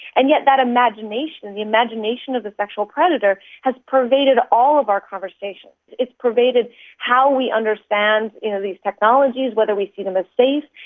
and yet that imagination, the imagination of the sexual predator, has pervaded all of our conversations, it's pervaded how we understand you know these technologies, whether we see them as safe.